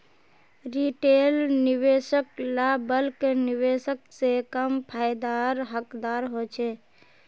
retail निवेशक ला bulk निवेशक से कम फायेदार हकदार होछे